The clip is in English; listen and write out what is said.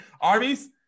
Arby's